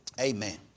Amen